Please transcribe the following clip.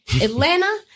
Atlanta